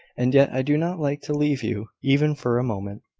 and yet i do not like to leave you, even for a moment.